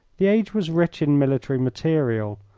the age was rich in military material,